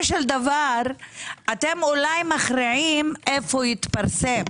של דבר אתם אולי מכריעים איפה יתפרסם,